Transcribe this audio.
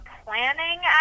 planning